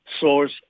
source